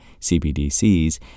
CBDCs